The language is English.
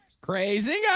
Crazy